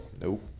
Nope